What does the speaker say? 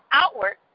outward